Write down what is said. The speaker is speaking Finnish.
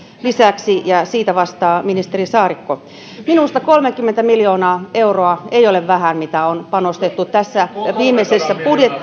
lisäksi ja siitä vastaa ministeri saarikko minusta kolmekymmentä miljoonaa euroa ei ole vähän mitä on panostettu tässä viimeisessä